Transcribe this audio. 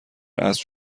اسب